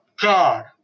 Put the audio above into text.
god